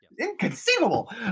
Inconceivable